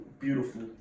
beautiful